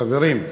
חברים,